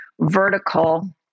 vertical